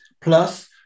plus